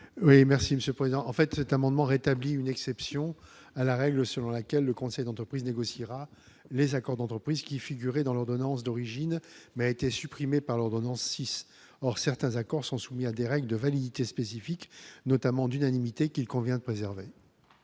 Oui, merci Monsieur le Président, en fait, cet amendement rétablit une exception à la règle selon laquelle le conseil d'entreprise négociera les accords d'entreprise, qui figurait dans l'ordonnance d'origine mais a été supprimée par l'ordonnance 6, or certains accords sont soumis à des règles de validité spécifiques notamment d'unanimité qu'il convient de préserver.